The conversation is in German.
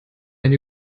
eine